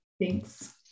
Thanks